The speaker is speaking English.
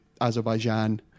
Azerbaijan